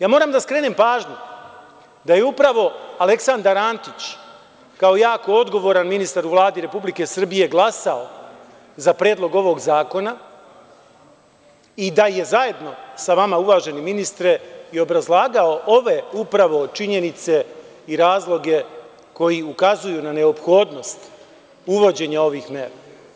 Ja moram da skrenem pažnju da je upravo Aleksandar Antić, kao jako odgovoran ministar u Vladi Republike Srbije, glasao za predlog ovog zakona i da je zajedno sa vama, uvaženi ministre, i obrazlagao ove upravo činjenice i razloge koji ukazuju na neophodnost uvođenja ovih mera.